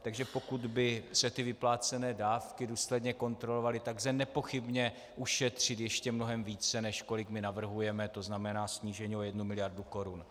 Takže pokud by se vyplácené dávky důsledně kontrolovaly, lze nepochybně ušetřit ještě mnohem více, než kolik navrhujeme, to znamená snížení o 1 mld. korun.